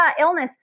illness